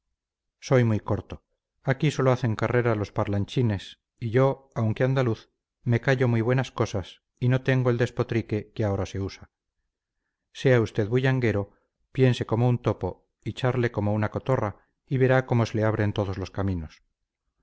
soy muy corto aquí sólo hacen carrera los parlanchines y yo aunque andaluz me callo muy buenas cosas y no tengo el despotrique que ahora se usa sea usted bullanguero piense como un topo y charle como una cotorra y verá cómo se le abren todos los caminos